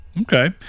okay